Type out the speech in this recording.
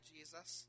Jesus